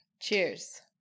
Cheers